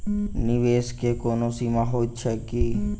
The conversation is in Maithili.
निवेश केँ कोनो सीमा होइत छैक की?